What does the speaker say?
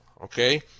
okay